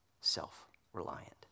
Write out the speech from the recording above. self-reliant